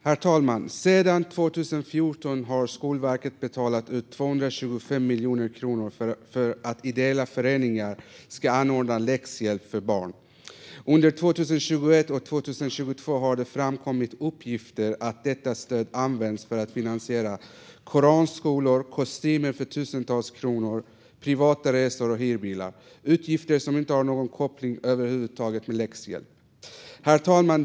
Herr talman! Sedan 2014 har Skolverket betalat ut 225 miljoner kronor för att ideella föreningar ska anordna läxhjälp för barn. Under 2021 och 2022 har det framkommit uppgifter om att detta stöd används för att finansiera koranskolor, kostymer för tusentals kronor, privata resor och hyrbilar - utgifter som över huvud taget inte har någon koppling till läxhjälp. Herr talman!